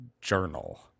journal